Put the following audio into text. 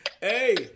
Hey